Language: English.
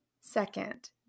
Second